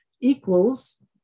equals